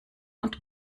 und